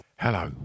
hello